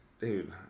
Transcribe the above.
dude